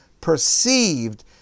perceived